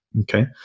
okay